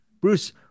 Bruce